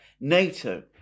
nato